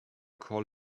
call